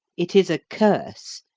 it is a curse,